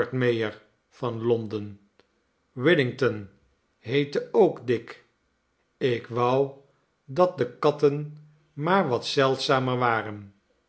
whittington heette ook dick ik wou dat de katten maar wat zeldzamer waren